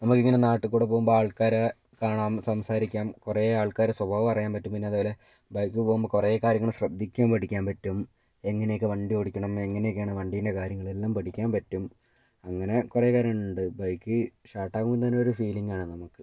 നമക്കിങ്ങനെ നാട്ട്ക്കൂടെ പോവുമ്പാൾക്കാര കാണാ സംസാരിക്കാം കൊറേ ആൾക്കാരെ സ്വഭാവ അറിയാൻ പറ്റും പിന്ന അതേപോലെ ബൈക്ക് പോവ്മ്പൊ കൊറേ കാര്യങ്ങള് ശ്രദ്ധിക്കാൻ പഠിക്കാൻ പറ്റും എങ്ങനെയെക്ക വണ്ടി ഓടിക്കണം എങ്ങനെയെക്കെയാണ് വണ്ടീൻ്റെ കാര്യങ്ങളെല്ലാം പഠിക്കാൻ പറ്റും അങ്ങനെ കൊറേ കാര്യ ഇണ്ട് ബൈക്ക് ഷാട്ടാകുമ്പം തന്നൊര് ഫീലിംഗാണ് നമക്ക്